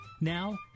Now